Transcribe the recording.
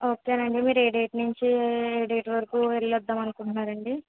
okay అండి మీరు ఏ డేట్ నుంచి ఏ డేట్ వరకు వెళ్ళి వద్దాం అనుకుంటున్నారు అండి